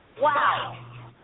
wow